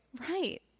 Right